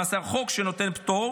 למעשה, החוק שנותן פטור